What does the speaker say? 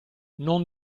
non